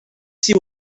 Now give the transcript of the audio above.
see